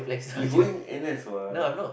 you going n_s what